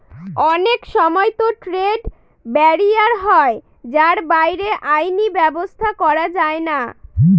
অনেক সময়তো trade barrier হয় যার বাইরে আইনি ব্যাবস্থা করা যায়না